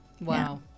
Wow